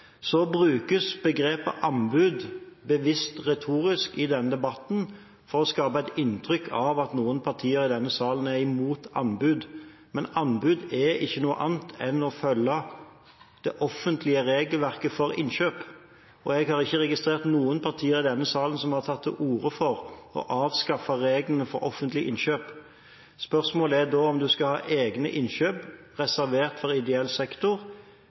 Begrepet «anbud» brukes bevisst retorisk i denne debatten for å skape et inntrykk av at noen partier i denne salen er imot anbud. Men anbud er ikke noe annet enn å følge det offentlige regelverket for innkjøp, og jeg har ikke registrert at noen partier i denne salen har tatt til orde for å avskaffe reglene for offentlige innkjøp. Spørsmålet er da om en skal ha egne innkjøp reservert for ideell sektor.